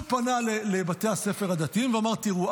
הוא פנה לבתי הספר הדתיים ואמר: תראו,